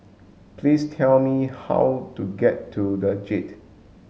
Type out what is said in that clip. please tell me how to get to The Jade